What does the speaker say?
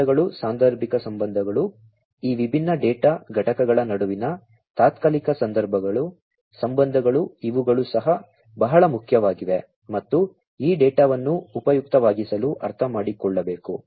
ಸಂಬಂಧಗಳು ಸಾಂದರ್ಭಿಕ ಸಂಬಂಧಗಳು ಈ ವಿಭಿನ್ನ ಡೇಟಾ ಘಟಕಗಳ ನಡುವಿನ ತಾತ್ಕಾಲಿಕ ಸಂಬಂಧಗಳು ಇವುಗಳು ಸಹ ಬಹಳ ಮುಖ್ಯವಾಗಿವೆ ಮತ್ತು ಈ ಡೇಟಾವನ್ನು ಉಪಯುಕ್ತವಾಗಿಸಲು ಅರ್ಥಮಾಡಿಕೊಳ್ಳಬೇಕು